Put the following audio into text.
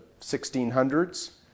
1600s